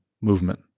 movement